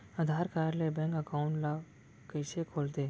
आधार card ले bank account ल कइसे खोलथे?